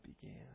began